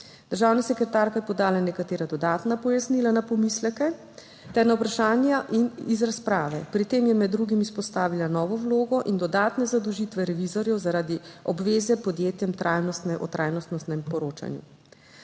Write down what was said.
Državna sekretarka je podala nekatera dodatna pojasnila na pomisleke ter na vprašanja iz razprave. Pri tem je med drugim izpostavila novo vlogo in dodatne zadolžitve revizorjev zaradi obveze podjetjem o trajnostnostnem poročanju.